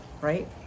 right